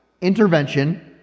intervention